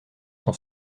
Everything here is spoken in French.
sont